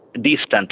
distant